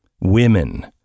women